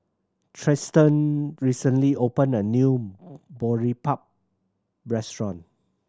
Tristan recently opened a new Boribap restaurant